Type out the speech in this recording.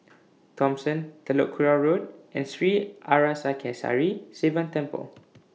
Thomson Telok Kurau Road and Sri Arasakesari Sivan Temple